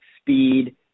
speed